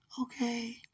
Okay